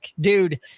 dude